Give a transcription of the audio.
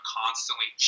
constantly